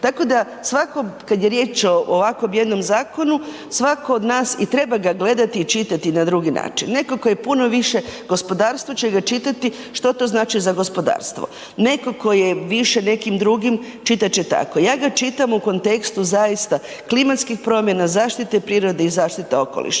Tako da svako kad je riječ o ovakvom jednom zakonu, svako od nas i treba ga gledati i čitati na drugi način, nekako je puno više gospodarstvo će ga čitati što znači za gospodarstvo, netko tko je više nekim drugim, čitat će tako. Ja ga čitam u kontekstu zaista klimatskih promjena, zaštite prirode i zaštite okoliša